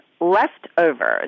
leftovers